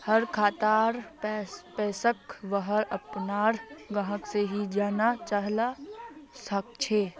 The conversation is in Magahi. हर खातार पैसाक वहार अपनार ग्राहक से ही जाना जाल सकछे